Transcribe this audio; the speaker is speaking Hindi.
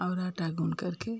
और आटा गूँथ कर के